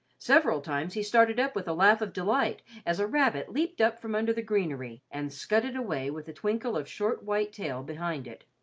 several times he started up with a laugh of delight as a rabbit leaped up from under the greenery and scudded away with a twinkle of short white tail behind it.